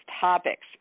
topics